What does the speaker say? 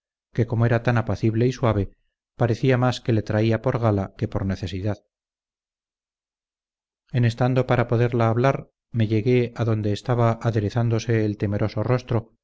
no se quitó del rostro un rebozo que como era tan apacible y suave parecía más que le traía por gala que por necesidad en estando para poderla hablar me llegué a donde estaba aderezándose el temeroso rostro